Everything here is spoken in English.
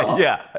yeah,